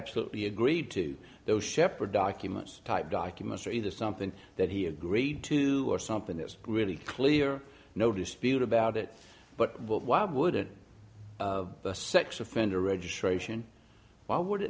absolutely agreed to those shepherd documents type documents or either something that he agreed to or something that was really clear no dispute about it but why wouldn't a sex offender registration why would